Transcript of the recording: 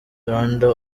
rwanda